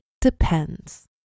depends